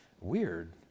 weird